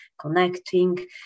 connecting